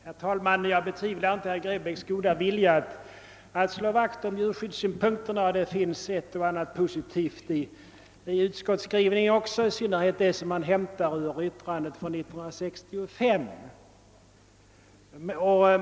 Herr talman! Jag betvivlar inte herr Grebäcks goda vilja att slå vakt om djurskyddssynpunkterna. även i utskottets skrivning finns det ett och annat positivt, i synnerhet det som är återgivet från utskottets yttrande 1965.